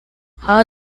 how